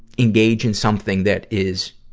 engage in something that is,